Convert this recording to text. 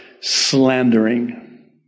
slandering